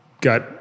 got